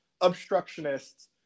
obstructionists